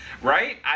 Right